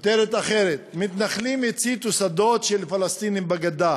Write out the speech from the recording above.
כותרת אחרת: "מתנחלים הציתו שדות של פלסטינים בגדה: